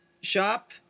shop